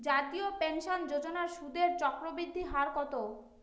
জাতীয় পেনশন যোজনার সুদের চক্রবৃদ্ধি হার কত?